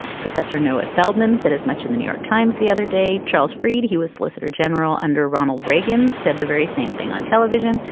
professor noah feldman said as much in the new york times the other day charles freed he was solicitor general under ronald reagan reagan said the very same thing on television.